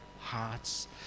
hearts